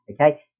Okay